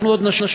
אנחנו עוד נשוב.